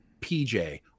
PJ